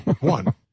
One